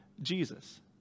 Jesus